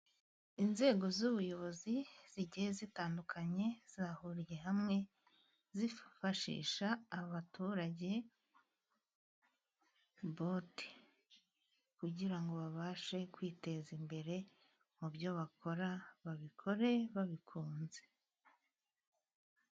Inzego z'ubuyobozi zigiye zitandukanye zahuriye hamwe zifashisha abaturage bote, kugira babashe kwiteza imbere mu byo bakora babikore babikunze.